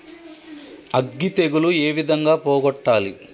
అగ్గి తెగులు ఏ విధంగా పోగొట్టాలి?